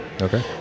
Okay